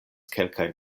kelkajn